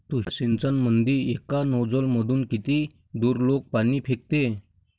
तुषार सिंचनमंदी एका नोजल मधून किती दुरलोक पाणी फेकते?